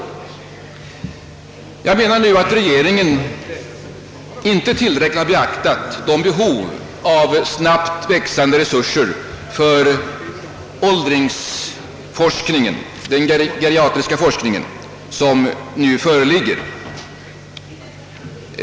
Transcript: Regeringen har enligt min mening inte tillräckligt beaktat åldringsforskningens behov av snabbt växande resurser.